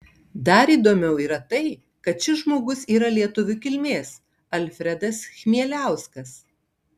dar įdomiau yra tai kad šis žmogus yra lietuvių kilmės alfredas chmieliauskas